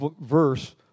verse